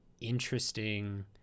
interesting